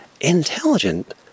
intelligent